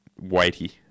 weighty